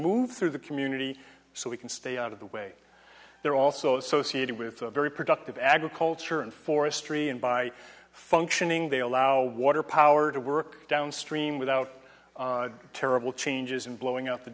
move through the community so we can stay out of the way they're also associated with a very productive agriculture and forestry and by functioning they allow water power to work downstream without terrible changes in blowing up the